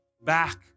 back